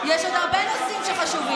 יש עוד הרבה נושאים חשובים.